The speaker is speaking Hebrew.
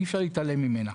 אי-אפשר להתעלם ממנה.